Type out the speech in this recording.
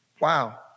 Wow